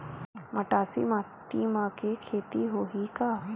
मटासी माटी म के खेती होही का?